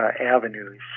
avenues